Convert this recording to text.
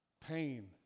Pain